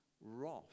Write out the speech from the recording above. wrath